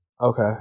Okay